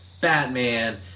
Batman